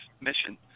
mission